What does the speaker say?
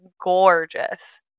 gorgeous